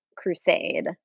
crusade